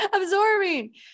absorbing